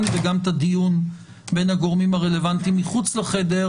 וגם את הדיון בין הגורמים הרלוונטיים מחוץ לחדר,